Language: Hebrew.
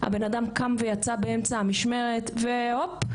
האדם קם ויצא באמצע המשמרת והופ,